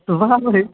सुबहमे